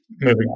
moving